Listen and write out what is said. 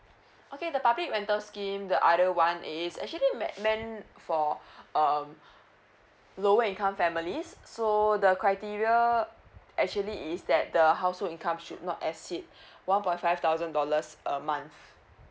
okay the public rental scheme the other one it is actually mea~ meant for um lower income families so the criteria actually is that the household income should not exceed one point five thousand dollars a month